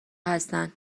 هستن